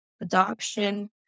adoption